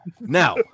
Now